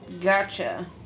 Gotcha